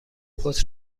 پست